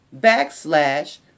backslash